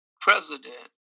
president